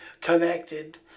connected